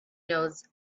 knows